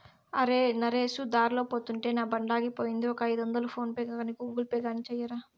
అరే, నరేసు దార్లో పోతుంటే నా బండాగిపోయింది, ఒక ఐదొందలు ఫోన్ పే గాని గూగుల్ పే గాని సెయ్యరా